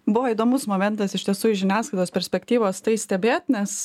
buvo įdomus momentas iš tiesų iš žiniasklaidos perspektyvos tai stebėt nes